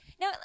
Now